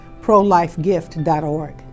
ProLifeGift.org